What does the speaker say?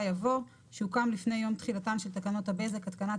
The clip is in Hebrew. יבוא "שהוקם לפני יום תחילתן של תקנות הבזק התקנה,